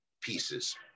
pieces